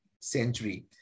century